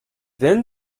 then